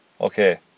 Okay